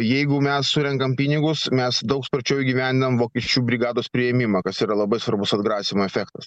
jeigu mes surenkam pinigus mes daug sparčiau įgyvendinam vokiečių brigados priėmimą kas yra labai svarbus atgrasymo efektas